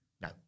No